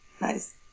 Nice